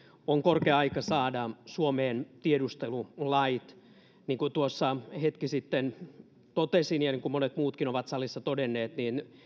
on korkea aika saada suomeen tiedustelulait niin kuin tuossa hetki sitten totesin ja niin kuin monet muutkin ovat salissa todenneet